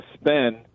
spend